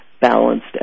balanced